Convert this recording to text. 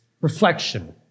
reflection